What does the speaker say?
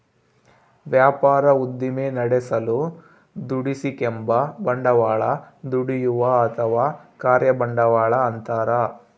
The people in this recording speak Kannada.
ವ್ಯಾಪಾರ ಉದ್ದಿಮೆ ನಡೆಸಲು ದುಡಿಸಿಕೆಂಬ ಬಂಡವಾಳ ದುಡಿಯುವ ಅಥವಾ ಕಾರ್ಯ ಬಂಡವಾಳ ಅಂತಾರ